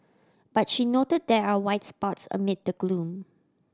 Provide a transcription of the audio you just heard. but she noted there are spots amid the gloom